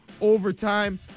overtime